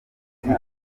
ubwa